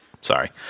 sorry